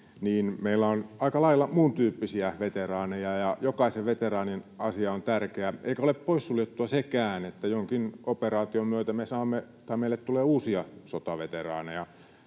niin meillä on aika lailla muun tyyppisiä veteraaneja, ja jokaisen veteraanin asia on tärkeä. Eikä ole poissuljettua sekään, että jonkin operaation myötä meille tulee uusia sotaveteraaneja.